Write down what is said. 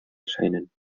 erscheinen